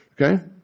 Okay